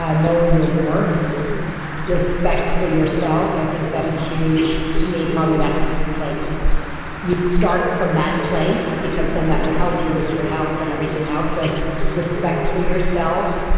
ah knowing your worth respect for yourself, i think that's a huge, to me, probably that's like you'd start from that place, because then that would help you with your health and everything else so respect for yourself,